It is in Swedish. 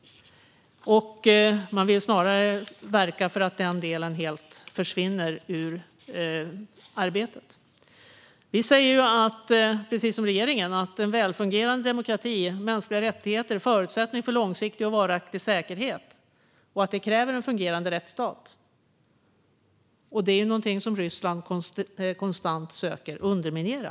Man vill snarare verka för att den delen helt försvinner ur arbetet. Vi säger, precis som regeringen, att en välfungerande demokrati och mänskliga rättigheter är en förutsättning för långsiktig och varaktig säkerhet och att det kräver en fungerande rättsstat. Det är någonting som Ryssland konstant söker underminera.